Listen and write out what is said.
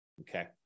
okay